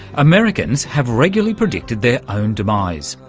americans have regularly predicted their own demise,